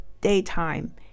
daytime